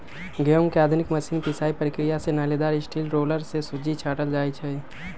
गहुँम के आधुनिक मशीन पिसाइ प्रक्रिया से नालिदार स्टील रोलर से सुज्जी छाटल जाइ छइ